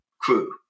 crew